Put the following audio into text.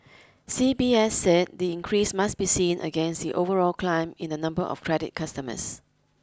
C B S said the increase must be seen against the overall climb in the number of credit customers